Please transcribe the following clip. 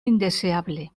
indeseable